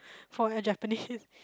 for a Japanese